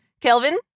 Kelvin